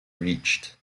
reached